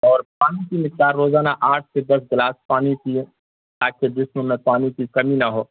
اور پانی پیجیے روزانہ آٹھ سے دس گلاس پانی پئیں تاکہ جسم میں پانی کی کمی نہ ہو